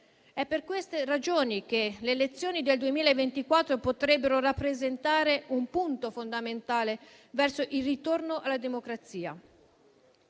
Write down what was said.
È per queste ragioni che le elezioni del 2024 potrebbero rappresentare un punto fondamentale verso il ritorno alla democrazia.